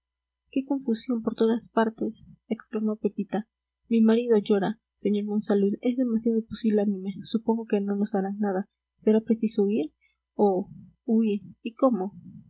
qué confusión por todas partes exclamó pepita mi marido llora sr monsalud es demasiado pusilánime supongo que no nos harán nada será preciso huir oh huir y cómo